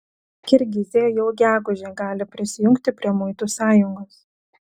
kirgizija jau gegužę gali prisijungti prie muitų sąjungos